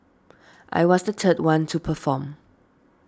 I was the third one to perform